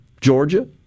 Georgia